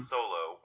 Solo